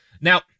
Now